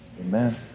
Amen